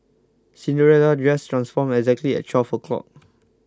Cinderella's dress transformed exactly at twelve o' clock